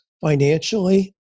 financially